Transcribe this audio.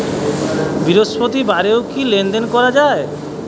বৃহস্পতিবারেও কি লেনদেন করা যায়?